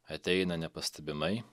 ateina nepastebimai